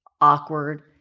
awkward